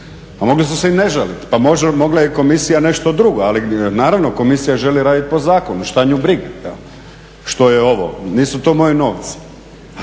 ali mogli su se i ne žaliti, pa mogla je komisija i nešto drugo, ali naravno komisija želi raditi po zakonu, što nju briga što je ovo, nisu to moji novci.